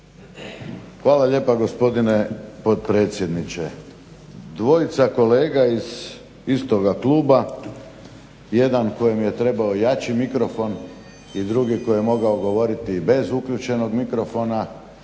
Hvala lijepo gospodine potpredsjedniče. Dvojica kolega iz istoga kluba, jedan kojem je trebao jači mikrofon i drugi koji je mogao govoriti bez uključenog mikrofona,